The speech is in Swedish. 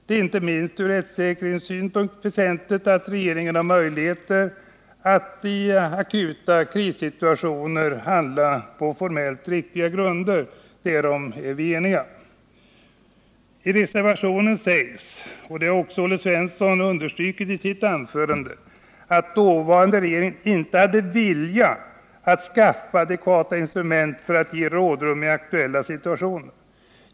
Det är inte minst ur rättssäkerhetssynpunkt väsentligt att regeringen har möjligheter att i akuta krissituationer handla på formellt riktiga grunder — därom är vi eniga. I reservationen 5 framförs — som Olle Svensson också understrukit i sitt anförande — att dåvarande regeringen inte hade viljan att skaffa adekvata instrument för att ge rådrum i akuta situationer.